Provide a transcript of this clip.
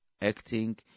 acting